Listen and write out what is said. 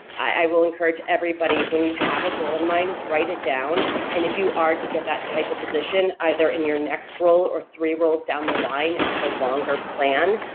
i will encourage everybody when you have a goal in mind, write it down and if you are to get that type of position either in your next role or three roles down the line if it's a longer plan,